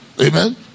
amen